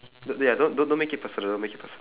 look ya don't don't don't make it personal make it person~